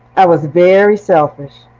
i was very selfish.